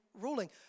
ruling